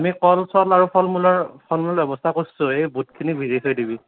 অঁ আমি কল চল আৰু ফল মূলৰ ফল মূল ব্যৱস্থা কৰছো এই বুটখিনি ভিজাই থৈ দিবি